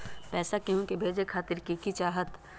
पैसा के हु के भेजे खातीर की की चाहत?